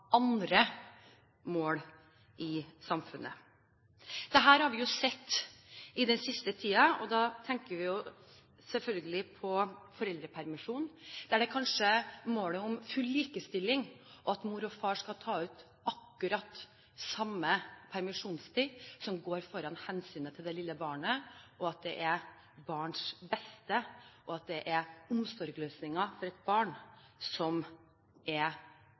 andre mål i samfunnet. Dette har vi jo sett i den siste tiden. Da tenker vi jo selvfølgelig på foreldrepermisjon, der kanskje målet om full likestilling og det at mor og far skal ta ut akkurat samme permisjonstid, går foran hensynet til det lille barnet, og at det er barnets beste og omsorgsløsningen for et barn som er